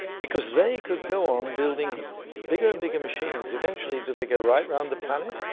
because they could go on building bigger and bigger machines. eventually do they go right around the planet,